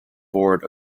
board